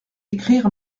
écrire